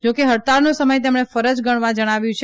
જા કે હડતાળનો સમય તેમણે ફરજ ગણવા જણાવ્યું છે